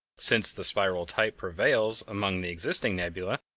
since the spiral type prevails among the existing nebulae,